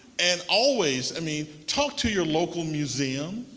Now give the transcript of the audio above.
and always i mean, talk to your local museum,